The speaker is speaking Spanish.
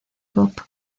boop